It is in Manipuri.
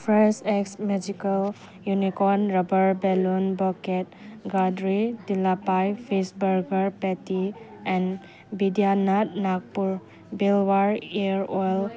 fresh eggs magical unicorn rubber balloon bucket ꯒꯥꯗ꯭ꯔꯤ ꯗꯤꯂꯥꯄꯥꯏ ꯐꯤꯁ ꯕꯔꯒꯔ ꯄꯦꯇꯤ ꯑꯦꯟ ꯕꯤꯗ꯭ꯌꯥꯅꯥꯠ ꯅꯥꯛꯄꯨꯔ ꯕꯤꯜꯋꯥꯔ ꯍꯤꯌꯥꯔ ꯑꯣꯏꯜ